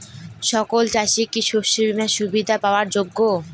সকল চাষি কি শস্য বিমার সুবিধা পাওয়ার যোগ্য?